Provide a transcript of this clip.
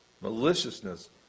maliciousness